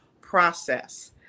process